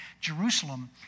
Jerusalem